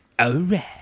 Alright